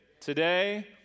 today